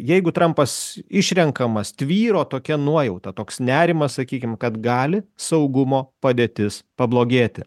jeigu trampas išrenkamas tvyro tokia nuojauta toks nerimas sakykim kad gali saugumo padėtis pablogėti